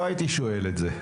לא הייתי שואל את זה.